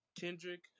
Kendrick